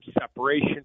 separation